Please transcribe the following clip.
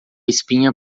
espinha